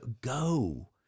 go